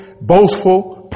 Boastful